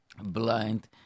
blind